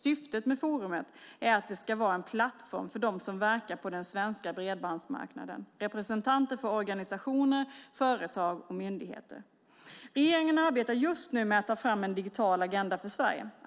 Syftet med forumet är att det ska vara en plattform för dem som verkar på den svenska bredbandsmarknaden, representanter för organisationer, företag och myndigheter. Regeringen arbetar just nu med att ta fram en digital agenda för Sverige.